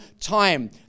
time